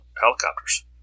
helicopters